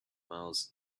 miles